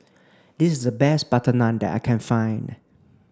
this is the best butter naan that I can find